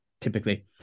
typically